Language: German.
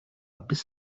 bis